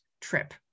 trip